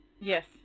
Yes